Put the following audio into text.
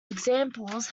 examples